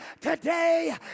today